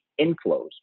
inflows